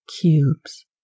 cubes